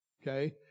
Okay